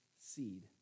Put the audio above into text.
seed